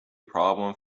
problem